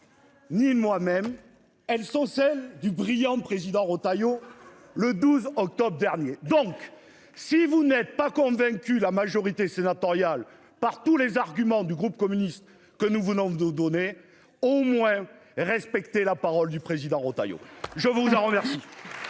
Ni moi-même. Elles sont celles du brillant président Retailleau. Le 12 octobre dernier, donc si vous n'êtes pas convaincu la majorité sénatoriale, par tous les arguments du groupe communiste que nous venons de donner au moins respecter la parole du président Roh Tae Young. Je vous en remercie.